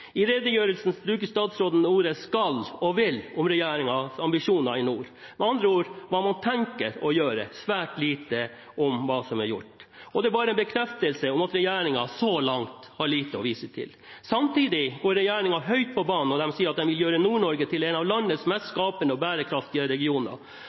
I redegjørelsen bruker statsråden ordene «skal» og «vil» om regjeringens ambisjoner i nord – med andre ord hva man tenker å gjøre, og svært lite om hva som er gjort. Det er bare en bekreftelse på at regjeringen så langt har lite å vise til. Samtidig går regjeringen høyt på banen når de sier at de vil gjøre Nord-Norge til en av landets mest